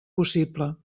possible